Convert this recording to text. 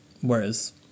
Whereas